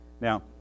Now